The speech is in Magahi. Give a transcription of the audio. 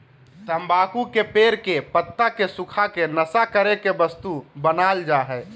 तम्बाकू के पेड़ के पत्ता के सुखा के नशा करे के वस्तु बनाल जा हइ